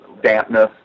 dampness